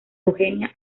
eugenia